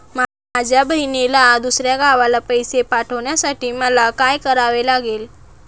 माझ्या बहिणीला दुसऱ्या गावाला पैसे पाठवण्यासाठी मला काय करावे लागेल?